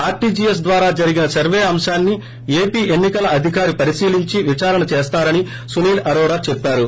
RTGs ద్వారా జరిగిన survey అంశాన్పి ఏపీ ఎన్నికల అధికారి పరిశీలించి విదారణ చేస్తారని సునీల్ అరోరా చెప్పారు